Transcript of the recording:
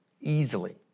easily